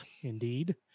Indeed